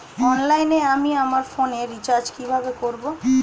অনলাইনে আমি আমার ফোনে রিচার্জ কিভাবে করব?